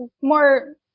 more